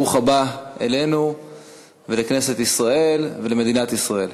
ברוך הבא אלינו לכנסת ישראל ולמדינת ישראל.